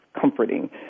comforting